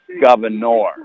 Governor